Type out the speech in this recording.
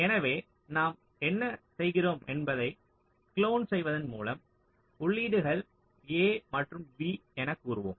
எனவே நாம் என்ன செய்கிறோம் என்பதைக் குளோன் செய்வதன் மூலம் உள்ளீடுகள் A மற்றும் B எனக் கூறுவோம்